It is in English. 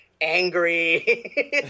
angry